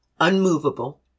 unmovable